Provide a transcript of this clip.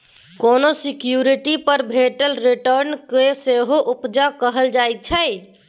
कोनो सिक्युरिटी पर भेटल रिटर्न केँ सेहो उपजा कहल जाइ छै